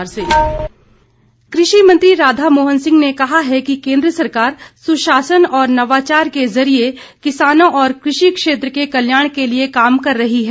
राधा मोहन सिंह कृषि मंत्री राधा मोहन सिंह ने कहा है कि केन्द्र सरकार सुशासन और नवाचार के जरिए किसानों और कृषि क्षेत्र के कल्याण के लिए काम कर रही है